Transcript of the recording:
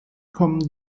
kommen